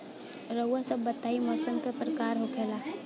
रउआ सभ बताई मौसम क प्रकार के होखेला?